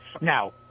Now